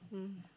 mm